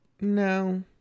No